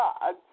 God